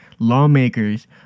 Lawmakers